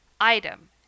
item